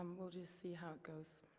um we'll just see how it goes.